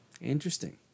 interesting